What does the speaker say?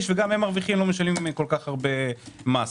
וגם הם מרוויחים לא משלמים הרבה מס.